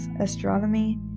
astronomy